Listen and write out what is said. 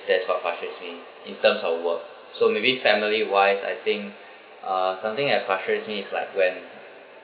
that's what frustrates me in terms of work so maybe family wise I think uh something that frustrates me is like when